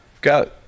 got